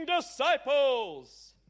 disciples